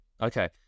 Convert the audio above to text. Okay